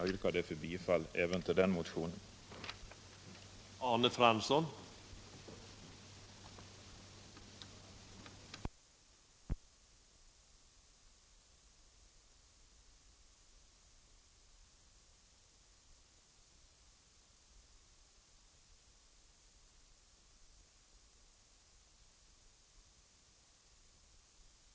Jag yrkar därför bifall även till motionen 889, yrkande 2;